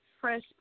fresh